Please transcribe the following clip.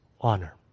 honor